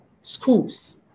schools